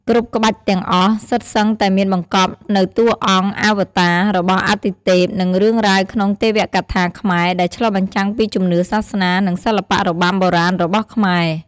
គ្រប់ក្បាច់ទាំងអស់សុទ្ធសឹងតែមានបង្កប់នូវតួអង្គអវតាររបស់អទិទេព និងរឿងរ៉ាវក្នុងទេវកថាខ្មែរ ដែលឆ្លុះបញ្ចាំងពីជំនឿសាសនា និងសិល្បៈរបាំបុរាណរបស់ខ្មែរ។